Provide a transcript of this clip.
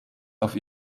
auf